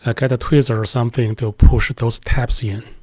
ah got a tweezer or something to push those tabs in.